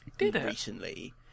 recently